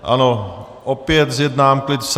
Ano, opět zjednám klid v sále.